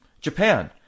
Japan